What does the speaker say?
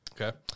Okay